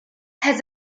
has